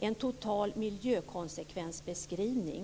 en total miljökonsekvensbeskrivning.